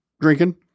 drinking